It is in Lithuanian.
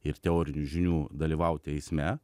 ir teorinių žinių dalyvauti eisme